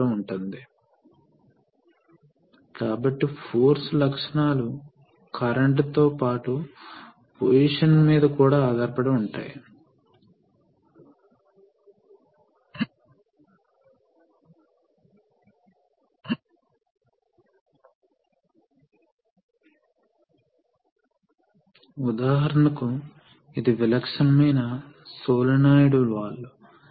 కాబట్టి ఇది ఒక కన్వెన్షనల్ రెసిప్రొకేషన్ సర్క్యూట్ జోడించబడిన ఏకైక లక్షణం ఏమిటంటే రిట్రాక్షన్ చివరిలో పవర్ ని ఆదా చేయడానికి పంప్ ప్రాథమికంగా అన్లోడ్ చేయబడుతుంది